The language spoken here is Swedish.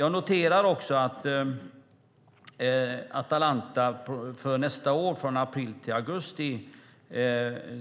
Jag noterar också att Försvarsmakten när det gäller Atalanta nästa år, från april till augusti,